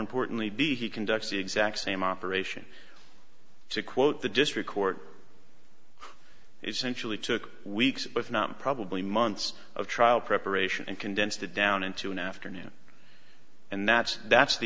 importantly b he conducts the exact same operation to quote the district court essentially took weeks if not probably months of trial preparation and condensed it down into an afternoon and that's that's the